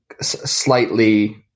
slightly